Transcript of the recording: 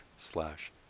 slash